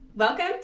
Welcome